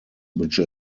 which